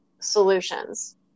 solutions